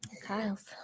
Kyle's